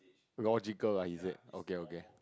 logical ah is it okay okay